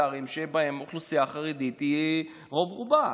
זה ערים שבהם האוכלוסייה החרדית היא רוב-רובה.